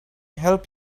help